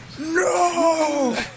No